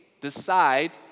decide